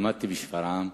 למדתי בשפרעם.